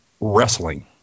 Wrestling